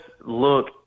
look